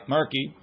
Murky